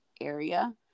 area